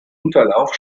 unterlauf